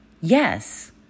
Yes